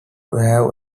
have